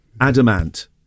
adamant